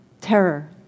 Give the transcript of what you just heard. Terror